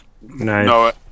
nice